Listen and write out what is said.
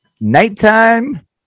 Nighttime